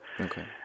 Okay